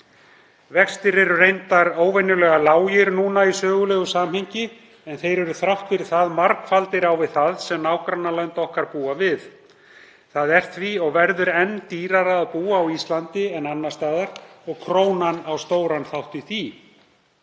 Vextir eru reyndar óvenjulágir núna í sögulegu samhengi en þeir eru þrátt fyrir það margfaldir á við það sem nágrannalönd okkar búa við. Það er því og verður enn dýrara að búa á Íslandi en annars staðar og krónan á stóran þátt í því.